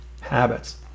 habits